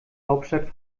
hauptstadt